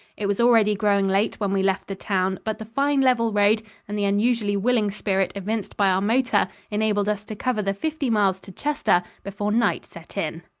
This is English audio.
it was already growing late when we left the town, but the fine level road and the unusually willing spirit evinced by our motor enabled us to cover the fifty miles to chester before night set in.